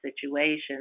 situation